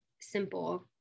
simple